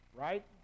Right